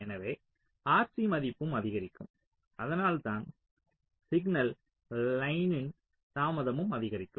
எனவே RC மதிப்பும் அதிகரிக்கும் அதனால்தான் சிக்னல் லயனில் தாமதமும் அதிகரிக்கும்